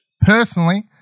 Personally